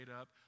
up